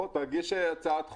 בוא תגיש הצעת חוק,